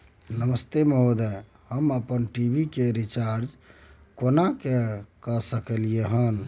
नमस्ते महोदय, हम अपन टी.वी के रिचार्ज केना के सकलियै हन?